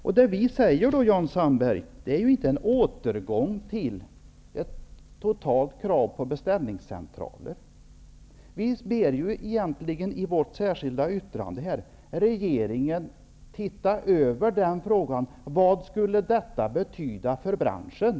Det som vi säger, Jan Sandberg, innebär inte en återgång till ett totalt krav på beställningscentraler. Vi ber i vårt särskilda yttrande regeringen att undersöka vad detta skulle betyda för branschen.